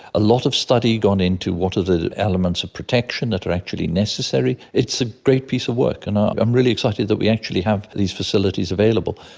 a lot of study gone in to what are the elements of protection that are actually necessary. it's a great piece of work, and i'm really excited that we actually have these facilities available.